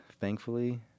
thankfully